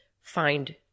find